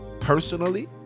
personally